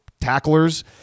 tacklers